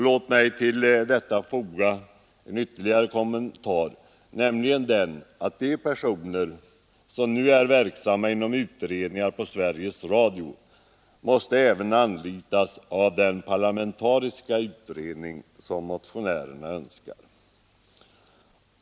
Låt mig till detta foga en ytterligare kommentar, nämligen att de personer som nu är verksamma inom utredningar på Sveriges Radio måste anlitas även av den parlamentariska utredning som motionärerna önskar.